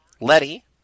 Letty